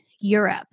Europe